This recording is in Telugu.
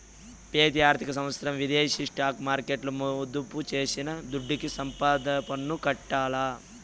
పెతి ఆర్థిక సంవత్సరం విదేశీ స్టాక్ మార్కెట్ల మదుపు చేసిన దుడ్డుకి సంపద పన్ను కట్టాల్ల